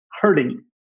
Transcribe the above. hurting